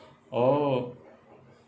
oh